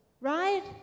right